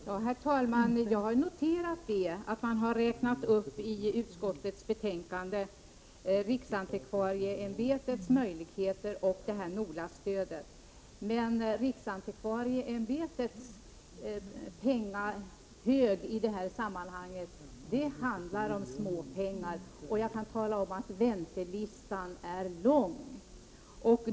Prot. 1988/89:20 Herr talman! Jag har noterat att man i utskottets betänkande har räknat 9 november 1988 upp riksantikvarieämbetets möjligheter och NOLA-stödet. Men när det. mao osnod gäller riksantikvarieämbetets penninghög i detta sammanhang handlar det om småpengar, och jag kan tala om att väntelistan är lång.